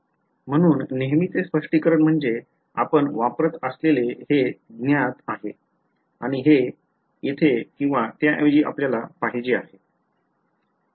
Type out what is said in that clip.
म्हणून नेहमीचे स्पष्टीकरण म्हणजे आम्ही वापरत असलेले हे ज्ञात आहे आणि हे येथे किंवा त्याऐवजी आपल्याला पाहिजे आहे